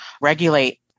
regulate